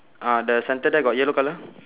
uh the center there got yellow colour